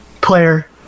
player